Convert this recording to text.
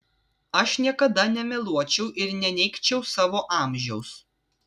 aš niekada nemeluočiau ir neneigčiau savo amžiaus